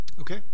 Okay